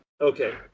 Okay